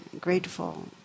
grateful